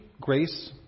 grace